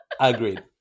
Agreed